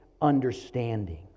understanding